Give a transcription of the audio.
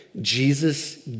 Jesus